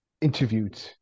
interviewed